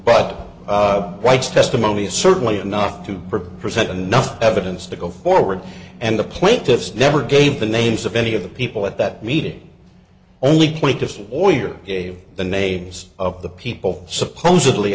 but writes testimony certainly enough to present enough evidence to go forward and the plaintiffs never gave the names of any of the people at that meeting only point of order gave the names of the people supposedly